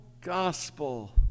gospel